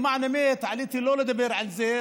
למען האמת לא עליתי לדבר על זה,